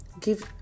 give